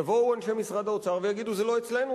יבואו אנשי משרד האוצר ויגידו: זה לא אצלנו,